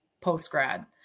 post-grad